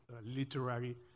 literary